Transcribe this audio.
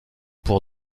pour